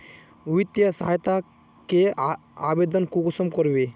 वित्तीय सहायता के आवेदन कुंसम करबे?